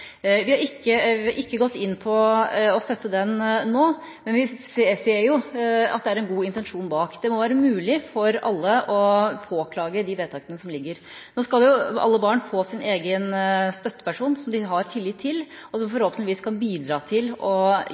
dag. Vi har ikke gått inn for å støtte det nå, men vi ser jo at det er en god intensjon bak. Det må være mulig for alle å påklage vedtakene. Nå skal alle barn få sin egen støtteperson som de har tillit til, og som forhåpentligvis kan bidra til å